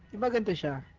barbara burchard